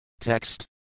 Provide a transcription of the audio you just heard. Text